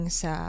sa